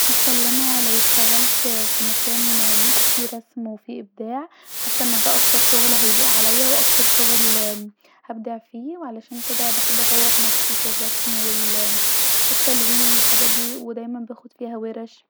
حاسه ان انا لو اشتغلت في مكان فيه رسم وفيه ابداع حاسه ان ده اكتر شغل هيليق عليا وان ده اكتر شغل هبدع فيه عشان كدا بحب أطور نفسي في الرسم و والتلوين والحاجات ديه ودايما باخد فيها ورش